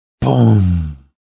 boom